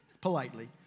Politely